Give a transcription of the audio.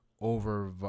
over